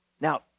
Now